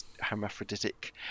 hermaphroditic